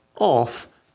off